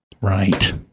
Right